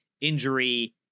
injury